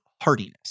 hardiness